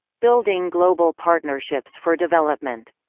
building global partnerships for development